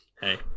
Hey